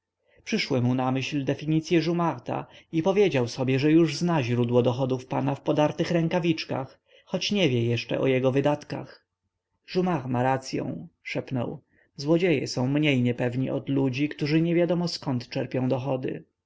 przyszły mu na myśl definicye jumarta i powiedział sobie że już zna źródło dochodów pana w podartych rękawiczkach choć nie wie jeszcze o jego wydatkach jumart ma racyą szepnął złodzieje są mniej niepewni od ludzi którzy niewiadomo zkąd czerpią dochody